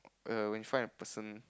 err when you find a person